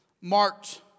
marked